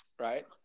Right